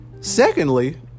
Secondly